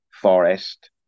Forest